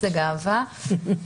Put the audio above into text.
איזו גאווה,